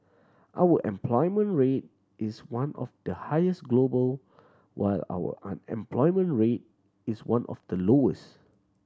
our employment rate is one of the highest global while our unemployment rate is one of the lowest